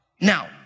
Now